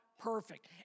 perfect